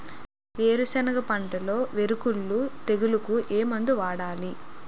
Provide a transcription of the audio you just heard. వేరుసెనగ పంటలో వేరుకుళ్ళు తెగులుకు ఏ మందు వాడాలి?